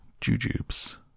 jujubes